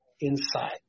inside